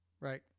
Right